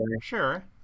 Sure